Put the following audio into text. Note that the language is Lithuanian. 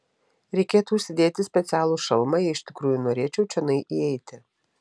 reikėtų užsidėti specialų šalmą jei iš tikrųjų norėčiau čionai įeiti